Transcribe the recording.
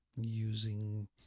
using